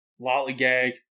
lollygag